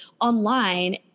online